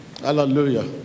Hallelujah